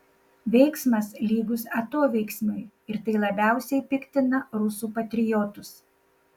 veiksmas lygus atoveiksmiui ir tai labiausiai piktina rusų patriotus